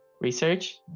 research